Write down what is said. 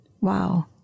wow